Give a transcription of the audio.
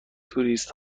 توریست